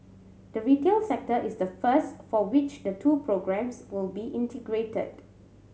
the retail sector is the first for which the two programmes will be integrated